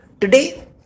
today